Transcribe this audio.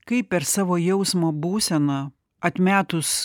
kaip per savo jausmo būseną atmetus